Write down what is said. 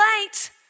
late